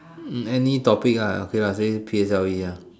hmm any topic ah okay lah say P_S_L_E ah